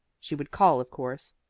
she would call, of course.